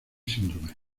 síndrome